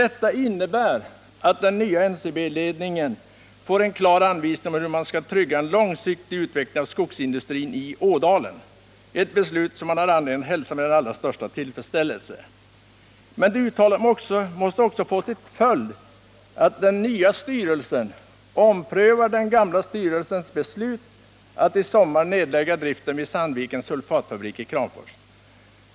Detta innebär att den nya NCB ledningen får en klar anvisning om hur man skall trygga en långsiktig utveckling av skogsindustrin i Ådalen, ett beslut som man har anledning att hälsa med den allra största tillfredsställelse. Men uttalandet måste också få till följd att den nya styrelsen omprövar den gamla styrelsens beslut att i sommar nedlägga driften vid Sandvikens sulfatfabrik i Kramfors.